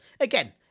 Again